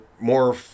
more